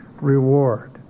reward